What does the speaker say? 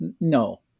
no